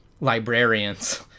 librarians